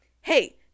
Hey